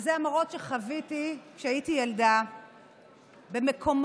אלה המראות שחוויתי כשהייתי ילדה במקומות